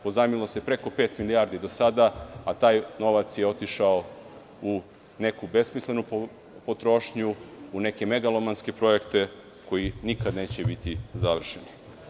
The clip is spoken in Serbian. Pozajmilo se preko pet milijardi do sada, a taj novac je otišao u neku besmislenu potrošnju, u neke megalomanske projekte koji nikada neće biti završeni.